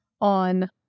on